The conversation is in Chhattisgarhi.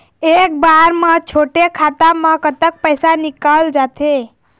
एक बार म छोटे खाता म कतक पैसा निकल जाथे?